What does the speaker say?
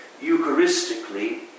Eucharistically